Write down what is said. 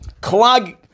clog